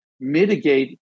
mitigate